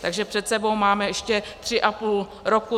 Takže před sebou máme ještě tři a půl roku.